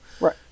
right